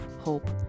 hope